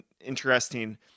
interesting